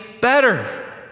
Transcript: better